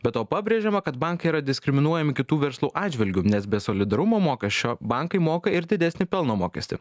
be to pabrėžiama kad bankai yra diskriminuojami kitų verslų atžvilgiu nes be solidarumo mokesčio bankai moka ir didesnį pelno mokestį